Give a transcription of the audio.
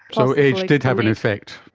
so age did have an effect.